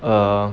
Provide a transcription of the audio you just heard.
err